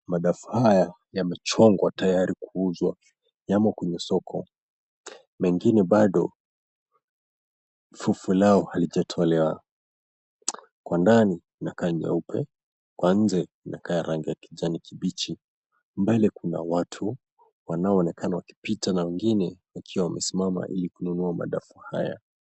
Madafu haya yamechongwa tayari kuuzwa. Yamo kwenye soko. Mengine bado fufu lao halijatolewa; kwa ndani inakaa nyeupe, kwa nje inakaa rangi ya kijanikibichi. Mbele kuna watu wananoonekana wakipita na wengine wakiwa wamesimama ili kununua madafu haya.